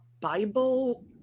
Bible